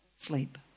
sleep